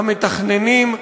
המתכננים,